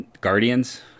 Guardians